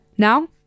Now